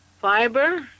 fiber